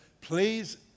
please